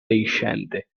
deiscente